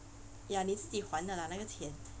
ya 你自己还的啦那个钱